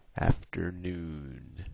Afternoon